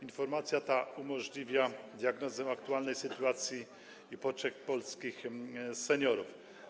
Informacja ta umożliwia diagnozę aktualnej sytuacji i potrzeb polskich seniorów.